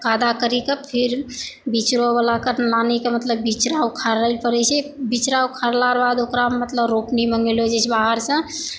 कादा करी कऽ फिर बिचरो बला के आनी कऽ मतलब बिचरा उखारल परै छै बिचरा उखारला बाद ओकरा मतलब रोपनी मंगैलऽ जाय छै बाहर सऽ